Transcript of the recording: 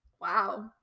wow